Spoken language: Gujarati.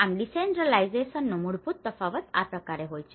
આમ ડીસેન્ટ્રલાયઝેશનનો decentralization વિકેન્દ્રિયકરણ મૂળભૂત તફાવત આ પ્રકારે છે